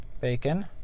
bacon